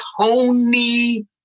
Tony